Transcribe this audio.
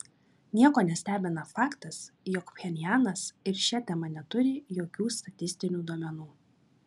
nieko nestebina faktas jog pchenjanas ir šia tema neturi jokių statistinių duomenų